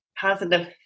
positive